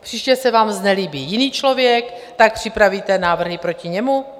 Příště se vám znelíbí jiný člověk, tak připravíte návrhy proti němu?